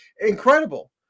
incredible